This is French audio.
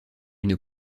une